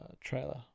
trailer